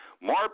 More